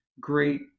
great